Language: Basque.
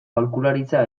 aholkularitza